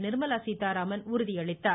நிர்மலா சீதாராமன் உறுதியளித்தார்